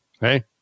Hey